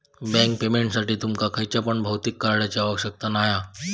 bank पेमेंटसाठी तुमका खयच्या पण भौतिक कार्डची आवश्यकता नाय हा